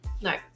no